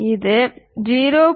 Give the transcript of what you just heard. இது 0